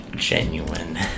Genuine